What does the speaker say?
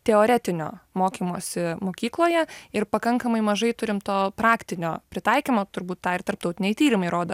teoretinio mokymosi mokykloje ir pakankamai mažai turim to praktinio pritaikymo turbūt tą ir tarptautiniai tyrimai rodo